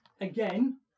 Again